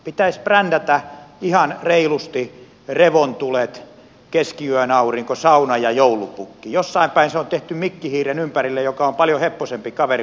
pitäisi brändätä ihan reilusti revontulet keskiyön aurinko sauna ja joulupukki jossain päin se on tehty mikki hiiren ympärille joka on paljon heppoisempi kaveri kuin joulupukki